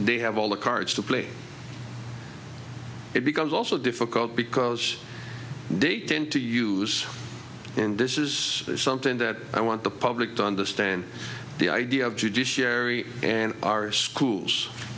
they have all the cards to play it because also difficult because they tend to use and this is something that i want the public to understand the idea of judiciary and our schools